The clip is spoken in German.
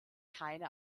keine